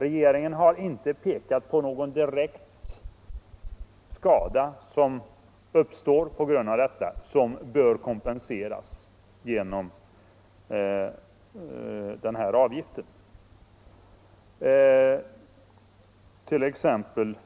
Regeringen har inte pekat på någon direkt skada som bör kompenseras genom den föreskrivna avgiften. Vilken skada exempelvis